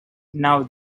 now